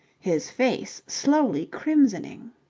his face slowly crimsoning.